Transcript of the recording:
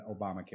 Obamacare